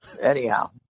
anyhow